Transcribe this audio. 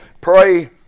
pray